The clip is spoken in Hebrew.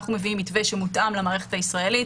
אנחנו מביאים מתווה מותאם למערכת הישראלית.